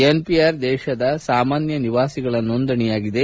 NPR ದೇಶದ ಸಾಮಾನ್ಯ ನಿವಾಸಿಗಳ ನೋಂದಣಿಯಾಗಿದೆ